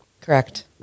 Correct